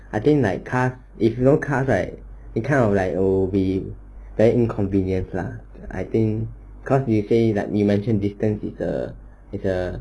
I think like cars if no cars right it kind of like oh will be very inconvenience lah I think cause you say that you mentioned distance is a is a